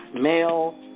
male